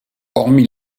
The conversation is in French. hormis